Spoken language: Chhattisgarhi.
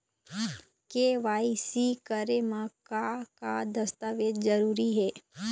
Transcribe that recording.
के.वाई.सी करे म का का दस्तावेज जरूरी हे?